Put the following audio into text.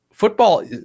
Football